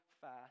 fast